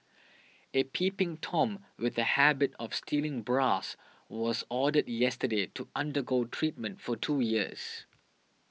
a peeping tom with a habit of stealing bras was ordered yesterday to undergo treatment for two years